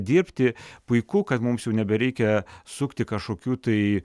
dirbti puiku kad mums jau nebereikia sukti kažkokių tai